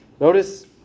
Notice